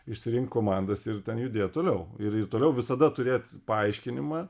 išsirinkt komandas ir ten judėt toliau ir ir toliau visada turėt paaiškinimą